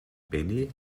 benny